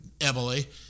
Emily